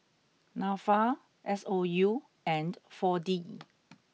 Nafa S O U and four D